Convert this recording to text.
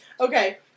Okay